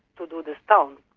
to do the stone,